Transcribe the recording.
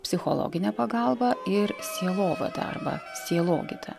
psichologinę pagalbą ir sielovadą arba sielogyda